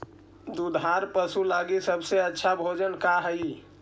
दुधार पशु लगीं सबसे अच्छा भोजन का हई?